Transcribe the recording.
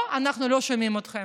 פה אנחנו לא שומעים אתכם.